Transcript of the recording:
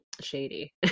shady